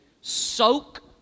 soak